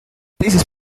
teises